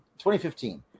2015